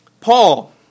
Paul